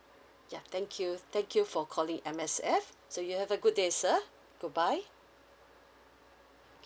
ya thank you thank you for calling M_S_F so you have a good day sir goodbye